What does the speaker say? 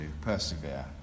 persevere